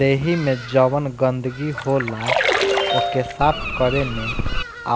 देहि में जवन गंदगी होला ओके साफ़ केरे में